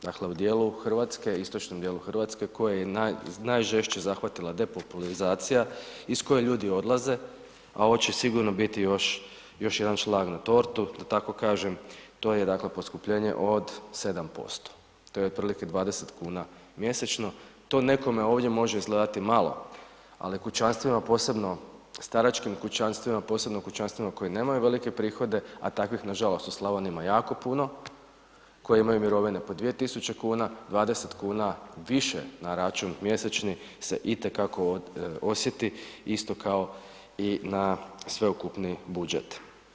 Dakle u dijelu Hrvatske, istočnom djelu Hrvatske koji je najžešće zahvatila depopulacija iz koje ljudi odlaze a ovo će sigurno biti još jedan šlag na tortu, da tako kažem, to je dakle poskupljenje od 7%, to je otprilike 20 kuna mjesečno, to nekome ovdje može izgledati malo kućanstvima posebno, staračkim kućanstvima, posebno kućanstvima koja nemaju velike prihode a takvih nažalost u Slavoniji ima jako puno koji imaju mirovine po 2000 kuna, 20 kuna više na račun mjesečni se itekako osjeti isto kao i na sveukupni budžet.